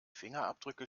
fingerabdrücke